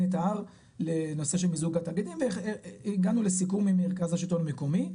את ההר לנושא של מיזוג התאגידים והגענו לסיכום עם מרכז השילטון המקומי,